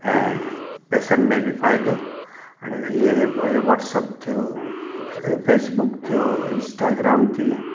ऐं पैसनि में बि फ़ाइदो ऐं हाणे इहो इहो वाट्सअप थियो फेस बुक थियो इंस्टाग्राम थी